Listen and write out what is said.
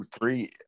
three